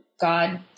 God